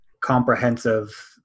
Comprehensive